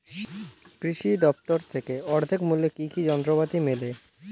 কৃষি দফতর থেকে অর্ধেক মূল্য কি কি যন্ত্রপাতি মেলে?